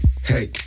hey